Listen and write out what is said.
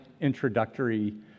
introductory